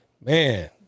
man